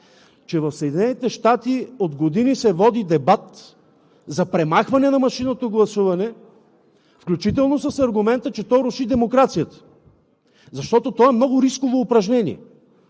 че в Съединените щати от години се води дебат за премахване на машинното гласуване, включително с аргумента, че то руши демокрацията, защото то е много рисково упражнение.